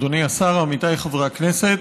אדוני השר, עמיתיי חברי הכנסת,